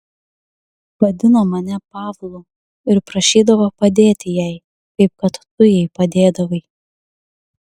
vadino mane pavlu ir prašydavo padėti jai kaip kad tu jai padėdavai